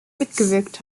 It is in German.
mitgewirkt